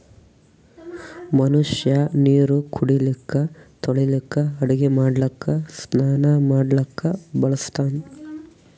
ಮನಷ್ಯಾ ನೀರು ಕುಡಿಲಿಕ್ಕ ತೊಳಿಲಿಕ್ಕ ಅಡಗಿ ಮಾಡ್ಲಕ್ಕ ಸ್ನಾನಾ ಮಾಡ್ಲಕ್ಕ ಬಳಸ್ತಾನ್